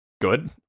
Good